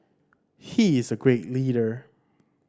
he is a great leader